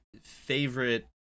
favorite